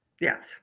yes